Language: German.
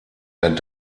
der